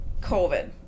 covid